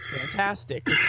fantastic